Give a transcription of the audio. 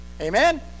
Amen